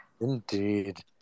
indeed